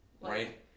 Right